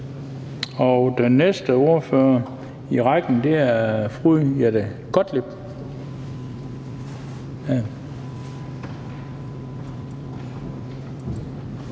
Den næste ordfører i rækken er fru Jette Gottlieb.